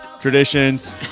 Traditions